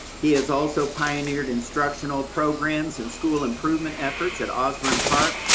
he has also pioneered instructional programs and school improvement efforts at osborn park,